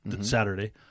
Saturday